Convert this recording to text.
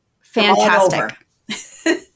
fantastic